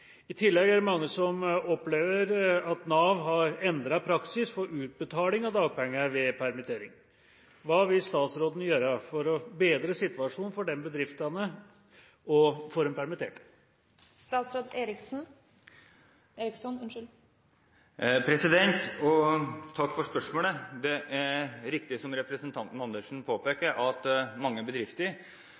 I tillegg er det mange som opplever at Nav har endret praksis for utbetaling av dagpenger ved permittering. Hva vil statsråden gjøre for å bedre situasjonen for bedriftene og de permitterte?» Takk for spørsmålet. Det er riktig som representanten Andersen påpeker, at mange bedrifter